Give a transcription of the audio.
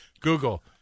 Google